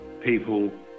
people